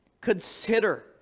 Consider